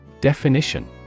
Definition